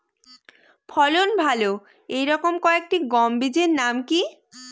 ফলন ভালো এই রকম কয়েকটি গম বীজের নাম কি?